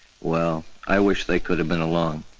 well, i wish they could have been along.